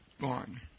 gone